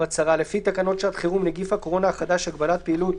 הצהרה לפי תקנות שעת חירום (נגיף הקורונה החדש הגבת פעילות),